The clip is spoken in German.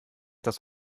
das